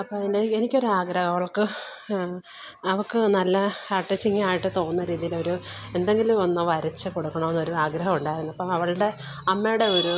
അപ്പോൾ എൻ്റെ എനിക്കൊരു ആഗ്രഹം അവൾക്ക് അവൾക്കു നല്ല ഹാർട്ട് ടച്ചിങ് ആയിട്ട് തോന്നുന്ന രീതിയിലൊരു എന്തെങ്കിലും ഒന്നു വരച്ചു കൊടുക്കണം എന്നൊരു ആഗ്രഹം ഉണ്ടായിരുന്നു അപ്പോൾ അവളുടെ അമ്മയുടെ ഒരു